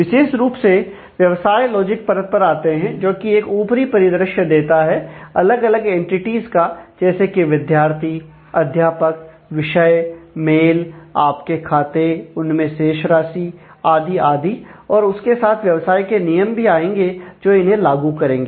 विशेष रूप से व्यवसाय लॉजिक परत पर आते हैं जो कि एक ऊपरी परिदृश्य देता है अलग अलग एंटिटीज का जैसे कि विद्यार्थी अध्यापक विषय मेल आपके खाते उनमें शेषराशि आदि आदि और उसके साथ व्यवसाय के नियम भी आएंगे जो इन्हें लागू करेंगे